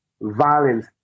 violence